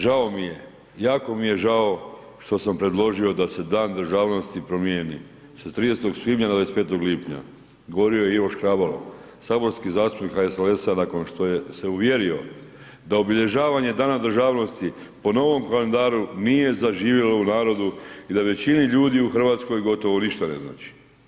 Žao mi je, jako mi je žao što sam predložio da se Dan državnosti promijeni s 30. svibnja na 25. lipnja, govorio je Ivo Škrabalo, saborski zastupnik HSLS-a nakon što se je uvjerio da obilježavanje Dana državnosti po novom kalendaru nije zaživjelo u narodu i da većini ljudi u Hrvatskoj gotovo ništa ne znači.